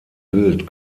bild